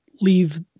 leave